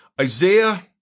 Isaiah